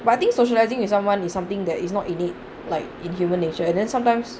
but I think socializing with someone is something that is not innate like in human nature and then sometimes